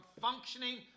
functioning